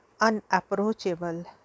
unapproachable